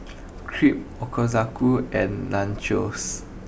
Crepe Ochazuke and Nachos